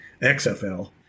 XFL